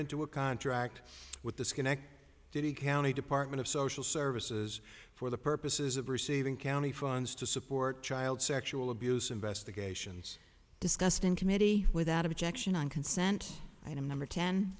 into a contract with disconnect diddy county department of social services for the purposes of receiving county funds to support child sexual abuse investigations discussed in committee without objection on consent item number